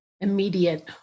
immediate